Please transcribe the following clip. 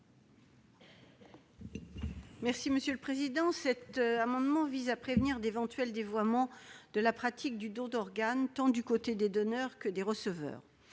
est à Mme Laurence Cohen. Cet amendement vise à prévenir d'éventuels dévoiements de la pratique du don d'organe, du côté tant des donneurs que des receveurs.